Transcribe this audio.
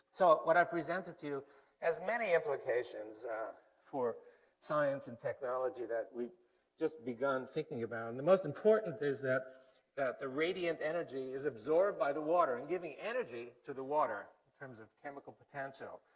so, what i presented to you has many implications for science and technology that we've just begun thinking about. and the most important is that that the radiant energy is absorbed by the water, and giving energy to the water in terms of chemical potential.